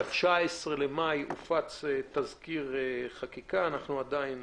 ב-19 במאי הופץ תזכיר חקיקה, אנחנו עדיין